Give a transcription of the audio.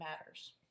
matters